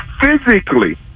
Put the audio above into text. physically